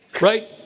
right